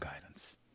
guidance